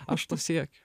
aš to siekiu